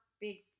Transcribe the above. big –